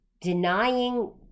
denying